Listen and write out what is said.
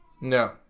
No